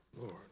Lord